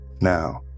Now